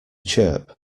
chirp